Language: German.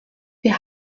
wir